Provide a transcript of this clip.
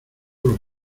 los